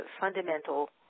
fundamental